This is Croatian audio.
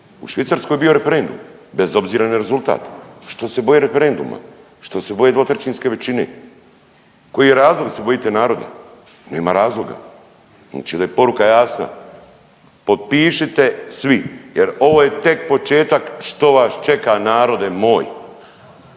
U Švicarskoj je bio referendum bez obzira na rezultat. Što se boje referenduma, što se boje dvotrećinske većine? Koji je razlog da se bojite naroda? Nema razloga. Znači da je poruka jasna, potpišite svi jer ovo je tek početak što vas čeka narode moj.